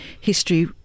history